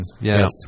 yes